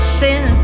sin